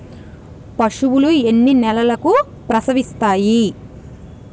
పశువులు ఎన్ని నెలలకు ప్రసవిస్తాయి?